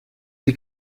die